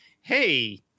hey